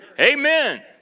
amen